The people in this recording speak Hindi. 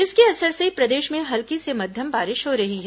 इसके असर से प्रदेश में हल्की से मध्यम बारिश हो रही है